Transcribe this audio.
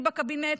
מי בקבינט,